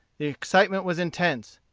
the excitement was intense.